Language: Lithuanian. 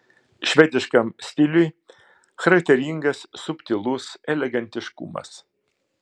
švediškam stiliui charakteringas subtilus elegantiškumas